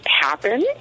happen